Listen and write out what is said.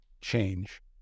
change